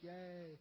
Yay